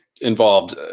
involved